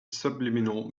subliminal